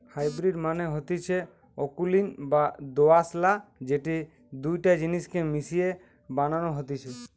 hybrid মানে হতিছে অকুলীন বা দোআঁশলা যেটি দুটা জিনিস কে মিশিয়ে বানানো হতিছে